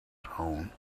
tone